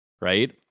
right